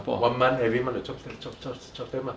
one month every month to chop chop chop chop chop stamp ah